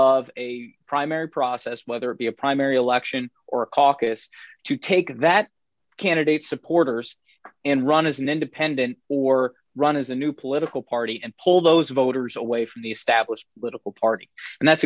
of a primary process whether it be a primary election or a caucus to take that candidate supporters and run as an independent or run as a new political party and pull those voters away from the established little party and that's